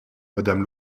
madame